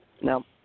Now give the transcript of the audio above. No